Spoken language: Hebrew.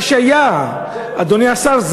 זה מה שהיה, אדוני השר.